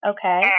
Okay